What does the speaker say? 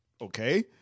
okay